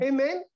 Amen